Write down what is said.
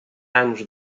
anos